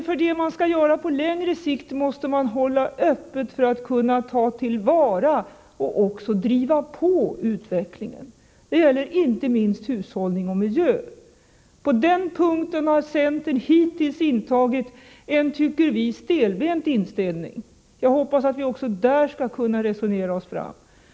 För det man skall göra på längre sikt måste man emellertid hålla öppet, för att kunna ta till vara erfarenheterna och driva på utvecklingen. Detta gäller inte minst hushållning och miljö. På den punkten har centern hittills intagit en, tycker vi, stelbent hållning. Jag hoppas att vi också där skall kunna resonera oss fram till en lösning.